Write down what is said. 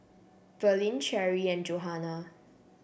Verlyn Cherri and Johana